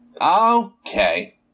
Okay